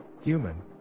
human